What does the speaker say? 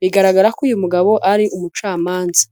biragaragara ko uyu mugabo ari umucamanza.